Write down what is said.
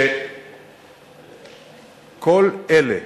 שכל אלה,